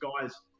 guys